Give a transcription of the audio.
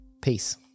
Peace